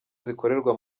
zikorerwa